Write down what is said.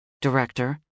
Director